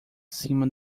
cima